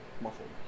muffled